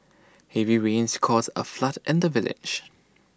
heavy rains caused A flood in the village